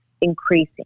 increasing